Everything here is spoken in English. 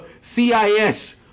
CIS